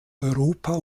europa